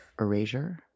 erasure